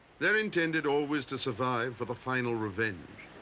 they're intended always to survive for the final revenge,